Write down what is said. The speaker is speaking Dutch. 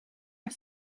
een